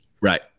right